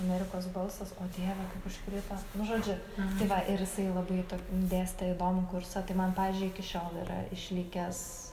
amerikos balsas o dieve kaip užkrito nu žodžiu tai va ir jisai labai tok dėstė įdomų kursą tai man pavyzdžiui iki šiol yra išlikęs